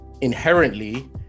inherently